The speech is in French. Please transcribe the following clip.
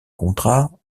contrat